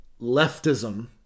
leftism